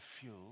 fuel